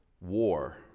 war